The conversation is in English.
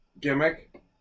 gimmick